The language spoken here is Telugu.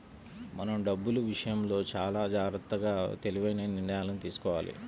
మనం డబ్బులు విషయంలో చానా జాగర్తగా తెలివైన నిర్ణయాలను తీసుకోవాలి